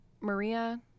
Maria